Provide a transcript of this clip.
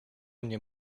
mnie